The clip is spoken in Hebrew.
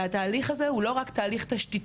התהליך הזה הוא לא רק תהליך תשתיתי,